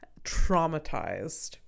traumatized